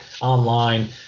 online